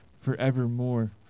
forevermore